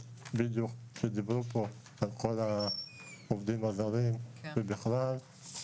דיברו כאן על כל העובדים הזרים ועל ההוצאות.